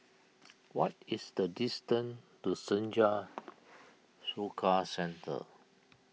what is the distance to Senja Soka Centre